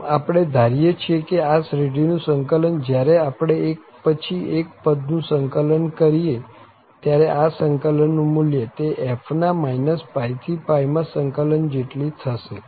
આમ આપણે ધારીએ છીએ કે આ શ્રેઢીનું સંકલન જયારે આપણે એક પછી એક પદ નું સંકલન કરીએ ત્યારે આ સંકલનનું મુલ્ય તે f ના -π થી માં સંકલન જેટલી થશે